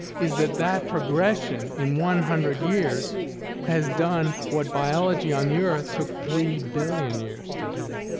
is that that progression in one hundred years has done what biology on the earth took three billion years to do.